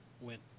went